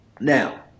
Now